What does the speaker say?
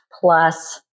plus